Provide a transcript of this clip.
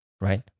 right